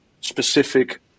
specific